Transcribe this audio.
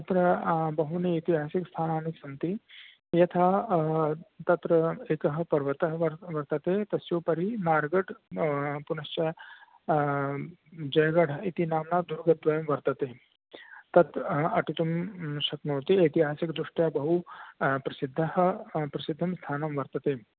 अत्र बहूनि ऐतिहासिकस्थानानि सन्ति यथा तत्र एकः पर्वतः वर् वर्तते तस्योपरि नार्गड् पुनश्च जयगढ इति नाम्ना दुर्गद्वयं वर्तते तत् अटितुं शक्नोति ऐतिहासिकदृष्ट्या बहु प्रसिद्धः प्रसिद्धं स्थानं वर्तते